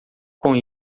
com